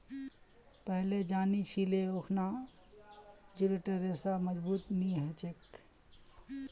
पहिलेल जानिह छिले अखना जूटेर रेशा मजबूत नी ह छेक